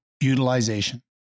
utilization